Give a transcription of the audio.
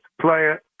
player